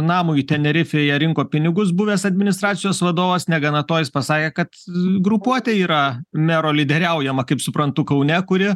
namui tenerifėje rinko pinigus buvęs administracijos vadovas negana to jis pasakė kad grupuotė yra mero lyderiaujama kaip suprantu kaune kuri